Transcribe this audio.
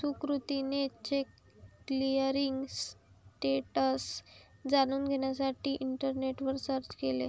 सुकृतीने cheque clearing status जाणून घेण्यासाठी इंटरनेटवर सर्च केले